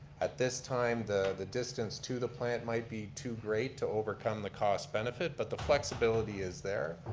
at this time the the distance to the plant might be to great to overcome the cost benefit, but the flexibility is there.